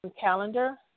calendar